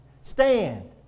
Stand